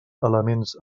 elements